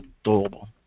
adorable